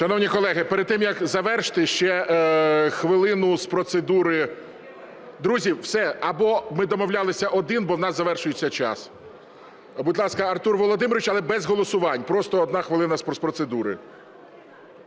ласка. Перед тим, як завершити, ще хвилину з процедури. (Шум у залі) Друзі, все! Або ми домовлялися один, бо в нас завершується час. Будь ласка, Артур Володимирович, але без голосувань. Просто 1 хвилина з процедури.